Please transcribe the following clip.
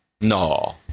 no